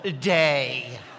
day